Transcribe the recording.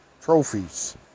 trophies